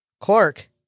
Clark